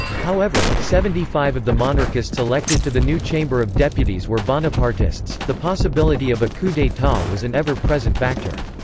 however, seventy five of the monarchists monarchists elected to the new chamber of deputies were bonapartists the possibility of a coup d'etat was an ever-present factor.